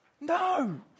no